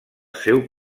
seu